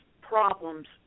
problems